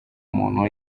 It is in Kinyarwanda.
umuntu